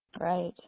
Right